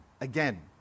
Again